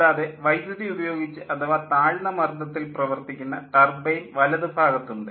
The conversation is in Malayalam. കൂടാതെ വൈദ്യുതി ഉപയോഗിച്ച് അഥവാ താഴ്ന്ന മർദ്ദത്തിൽ പ്രവർത്തിക്കുന്ന ടർബൈൻ വലതു ഭാഗത്ത് ഉണ്ട്